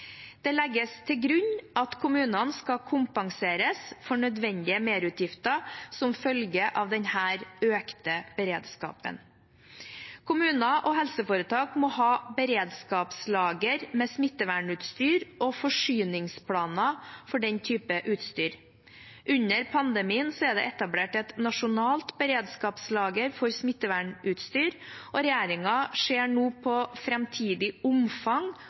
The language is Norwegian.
Det legges til grunn at kommunene skal kompenseres for nødvendige merutgifter som følge av denne økte beredskapen. Kommuner og helseforetak må ha beredskapslagre med smittevernutstyr og forsyningsplaner for den typen utstyr. Under pandemien er det etablert et nasjonalt beredskapslager for smittevernutstyr, og regjeringen ser nå på framtidig omfang